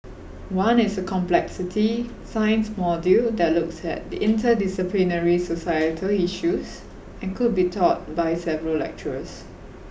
one is a complexity science module that looks at interdisciplinary societal issues and could be taught by several lecturers